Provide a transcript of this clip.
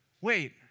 wait